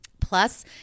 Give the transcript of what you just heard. Plus